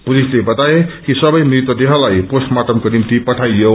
पुलिसले कतायो कि सबै मृतदेहलाई पोस्टमार्टमको निम्ति पठाइयो